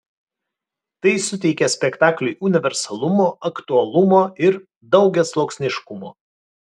tai suteikia spektakliui universalumo aktualumo ir daugiasluoksniškumo